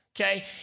okay